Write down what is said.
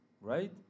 right